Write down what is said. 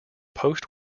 post